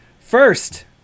First